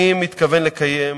אני מתכוון לקיים